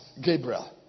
Gabriel